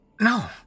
No